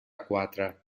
quatre